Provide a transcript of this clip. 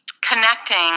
connecting